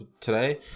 today